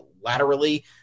laterally